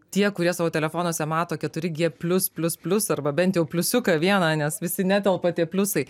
tie kurie savo telefonuose mato keturi gie plius plius plius arba bent jau pliusiuką vieną nes visi netelpa tie pliusai